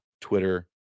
Twitter